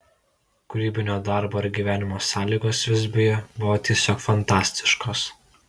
kūrybinio darbo ir gyvenimo sąlygos visbiuje buvo tiesiog fantastiškos